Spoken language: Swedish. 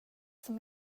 som